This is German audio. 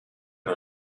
der